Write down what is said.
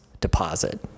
deposit